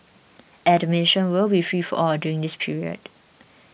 admission will be free for all during this period